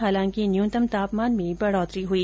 हालांकि न्यूनतम तापमान में बढोतरी हुई